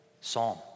psalm